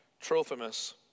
Trophimus